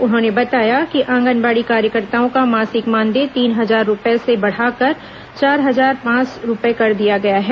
उन्होंने बताया कि आंगनवाड़ी कार्यकर्ताओं का मासिक मानदेय तीन हजार रुपए से बढ़ाकर चार हजार पांच रुपए कर दिया गया है